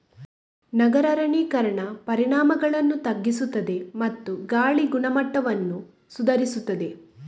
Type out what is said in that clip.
ನಗರ ಅರಣ್ಯೀಕರಣ ಪರಿಣಾಮಗಳನ್ನು ತಗ್ಗಿಸುತ್ತದೆ ಮತ್ತು ಗಾಳಿಯ ಗುಣಮಟ್ಟವನ್ನು ಸುಧಾರಿಸುತ್ತದೆ